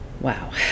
Wow